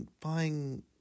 buying